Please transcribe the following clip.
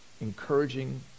encouraging